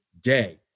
day